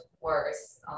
worse